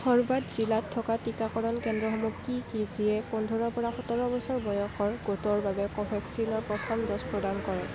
ধৰৱাদ জিলাত থকা টীকাকৰণ কেন্দ্ৰসমূহ কি কি যিয়ে পোন্ধৰৰ পৰা সোতৰ বছৰ বয়সৰ গোটৰ বাবে কোভেক্সিনৰ প্ৰথম ড'জ প্ৰদান কৰে